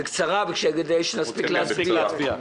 בקצרה כדי שנספיק להצביע.